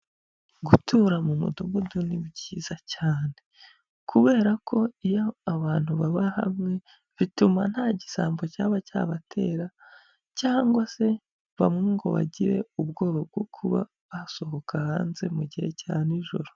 Gutura mu mudugudu ni byiza cyane kubera ko iyo abantu baba hamwe bituma nta gisambo cyaba cyabatera cyangwa se bamwe ngo bagire ubwoba bwo kuba basohoka hanze mu gihe cya n'ijoro.